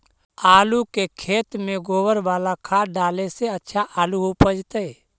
आलु के खेत में गोबर बाला खाद डाले से अच्छा आलु उपजतै?